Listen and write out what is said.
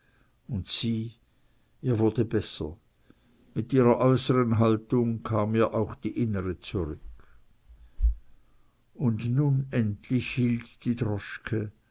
und sieh ihr wurde besser mit ihrer äußeren haltung kam ihr auch die innere zurück und nun endlich hielt die